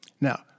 Now